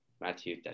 matthew